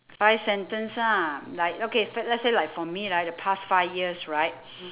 five sentence ah like okay f~ let's say for me right the past five years right